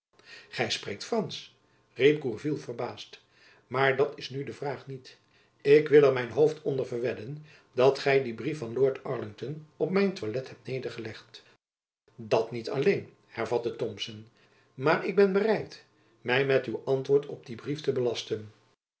gy spreekt fransch riep gourville verbaasd maar dat is nu de vraag niet ik wil er mijn hoofd onder verwedden dat gy dien brief van lord arlington op mijn toilet hebt nedergelegd dat niet alleen hervatte thomson maar ik ben bereid my met uw antwoord op dien brief te belasten